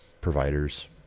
providers